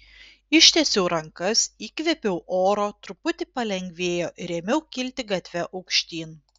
ištiesiau rankas įkvėpiau oro truputį palengvėjo ir ėmiau kilti gatve aukštyn